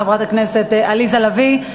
חברת הכנסת עליזה לביא.